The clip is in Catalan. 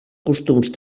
costums